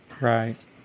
Right